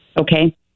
okay